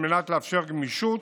על מנת לאפשר גמישות